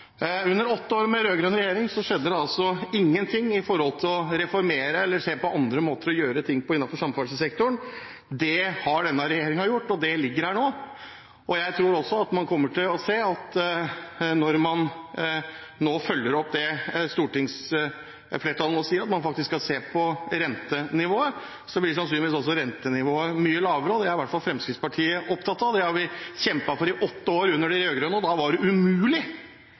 Under åtte år med rød-grønn regjering skjedde det altså ingenting med å reformere eller se på andre måter å gjøre ting på innenfor samferdselssektoren. Det har denne regjeringen gjort, og det ligger her nå. Jeg tror også at man kommer til å se at når man følger opp det stortingsflertallet nå sier, at man faktisk skal se på rentenivået, så vil sannsynligvis rentenivået bli mye lavere. Det er i hvert fall Fremskrittspartiet opptatt av. Det har vi kjempet for i åtte år under de rød-grønne. Da var det umulig